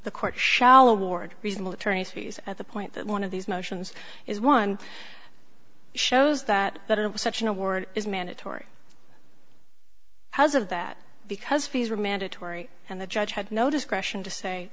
the court shall award reasonable attorney's fees at the point that one of these motions is one shows that that it was such an award is mandatory as of that because fees were mandatory and the judge had no discretion to say